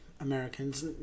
Americans